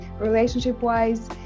relationship-wise